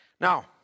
Now